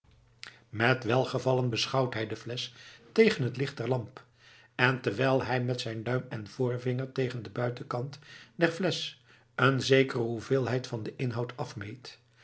met welgevallen beschouwt hij de flesch tegen het licht der lamp en terwijl hij met zijn duim en voorvinger tegen den buitenkant der flesch een zekere hoeveelheid van den inhoud afmeet